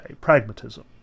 pragmatism